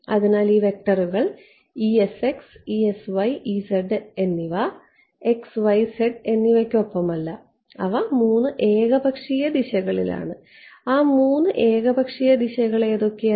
അതിനാൽ ഈ വെക്റ്ററുകൾ എന്നിവ എന്നിവയ്ക്കൊപ്പമല്ല അവ 3 ഏകപക്ഷീയ ദിശകളിൽ ആണ് ആ 3 ഏകപക്ഷീയ ദിശകൾ എന്തൊക്കെയാണ്